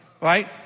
right